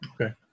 Okay